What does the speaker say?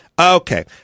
Okay